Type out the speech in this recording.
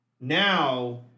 Now